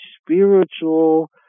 spiritual